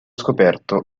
scoperto